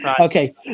okay